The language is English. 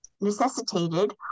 necessitated